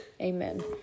amen